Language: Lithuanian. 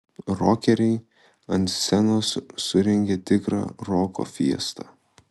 rokeriai ant scenos surengė tikrą roko fiestą